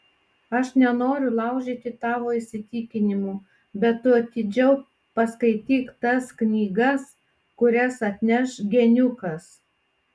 aš nenoriu laužyti tavo įsitikinimų bet tu atidžiau paskaityk tas knygas kurias atneš geniukas